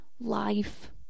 life